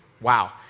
Wow